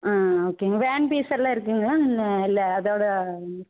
ஆ ஓகேங்க van fees எல்லாம் இருக்குங்களா ஆ இல்லை அதோட